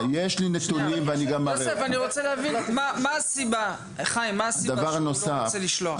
חיים, מה הסיבה שבגללה הוא לא רוצה לשלוח?